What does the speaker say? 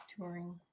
touring